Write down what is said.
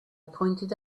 pointed